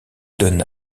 donne